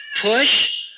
push